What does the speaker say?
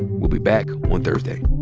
we'll be back on thursday